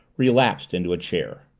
relapsed into a chair.